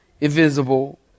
invisible